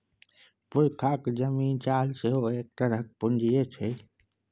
पुरखाक जमीन जाल सेहो एक तरहक पूंजीये छै